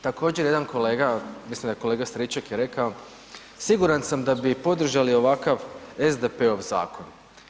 Također jedan kolega, mislim da je kolega Stričak je rekao, siguran sam da bi podržali ovakav SDP-ov zakon.